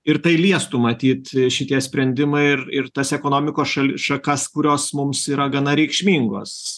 ir tai liestų matyt šitie sprendimai ir ir tas ekonomikos šali šakas kurios mums yra gana reikšmingos